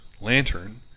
lantern